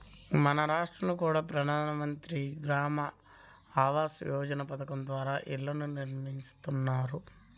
మన రాష్టంలో కూడా ప్రధాన మంత్రి గ్రామీణ ఆవాస్ యోజన పథకం ద్వారా ఇళ్ళను నిర్మిస్తున్నారు